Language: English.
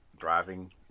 driving